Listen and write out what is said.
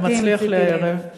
לדיון בוועדת החוקה,